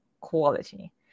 quality